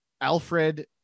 Alfred